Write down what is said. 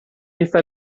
está